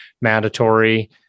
mandatory